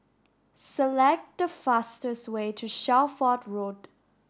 select the fastest way to Shelford Road